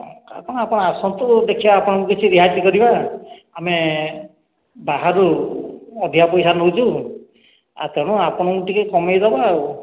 ଟଙ୍କା ତ ହଁ ଆପଣ ଆସନ୍ତୁ ଦେଖିଆ ଆପଣଙ୍କୁ କିଛି ରିହାତି କରିବା ଆମେ ବାହାରୁ ଅଧିକା ପଇସା ନେଉଛୁ ଆଉ ତେଣୁ ଆପଣଙ୍କୁ ଟିକେ କମେଇଦବା ଆଉ